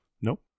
Nope